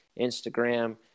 instagram